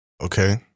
Okay